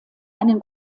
einen